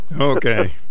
okay